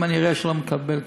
אם אני אראה שאני לא מקבל כסף,